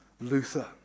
Luther